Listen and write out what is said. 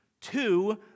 two